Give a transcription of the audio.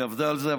היא עבדה על זה.